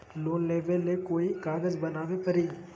Loan लेबे ले कोई कागज बनाने परी?